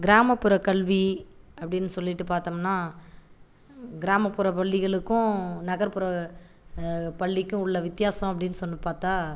கிராமப்புற கல்வி அபப டினு சொல்லிட்டு பார்த்தம்னா கிராமப்புற பள்ளிகளுக்கும் நகர்ப்புற பள்ளிக்கும் உள்ள வித்தியாசம் அப்படினு சொல்லி பார்த்தா